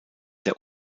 der